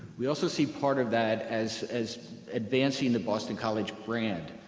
we also see part of that as as advancing the boston college brand.